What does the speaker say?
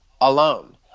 alone